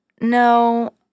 No